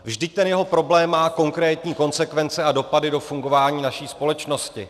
Vždyť ten jeho problém má konkrétní konsekvence a dopady do fungování naší společnosti.